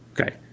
Okay